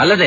ಅಲ್ಲದೆ